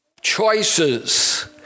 Choices